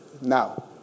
Now